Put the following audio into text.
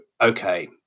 okay